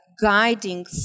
guiding